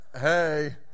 Hey